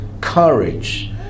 Courage